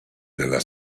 della